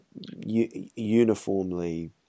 uniformly